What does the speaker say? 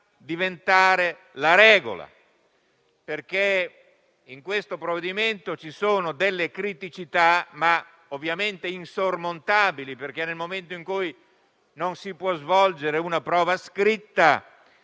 diventare la regola, perché nel provvedimento ci sono delle criticità insormontabili. Nel momento in cui non si può svolgere una prova scritta,